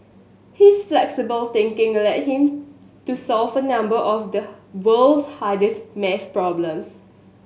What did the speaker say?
his flexible thinking led him to solve a number of the world's hardest math problems